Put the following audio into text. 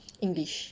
english